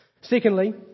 Secondly